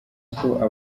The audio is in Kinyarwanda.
aba